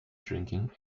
drinking